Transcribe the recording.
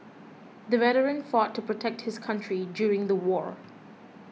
the veteran fought to protect his country during the war